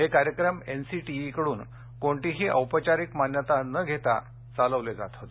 हे कार्यक्रम N C T E कडून कोणतीही औपचारिक मान्यता न घेता चालवले जात होते